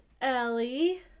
Ellie